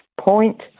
point